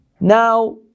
now